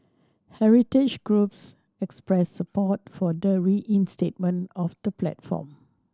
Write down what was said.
heritage groups expressed support for the reinstatement of the platform